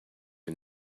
you